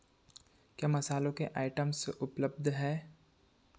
क्या मसालों के आइटम्स उपलब्ध हैं